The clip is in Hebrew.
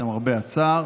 למרבה הצער,